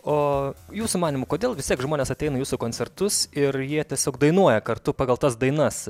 o jūsų manymu kodėl vistiek žmonės ateina į jūsų koncertus ir jie tiesiog dainuoja kartu pagal tas dainas